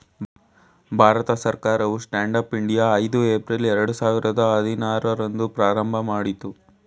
ಭಾರತ ಸರ್ಕಾರವು stand up India ಐದು April ಎರಡು ಸಾವಿರದ ಹದಿನಾರು ರಂದು ಪ್ರಾರಂಭಮಾಡಿತು